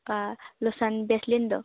ꯑꯥ ꯂꯣꯁꯟ ꯕꯦꯁꯂꯤꯟꯗꯣ